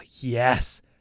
yes